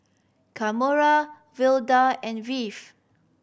Kamora Velda and